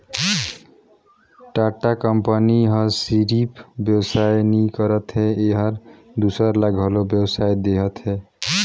Tata company ह सिरिफ बेवसाय नी करत हे एहर दूसर ल घलो बेवसाय देहत हे